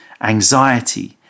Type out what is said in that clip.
anxiety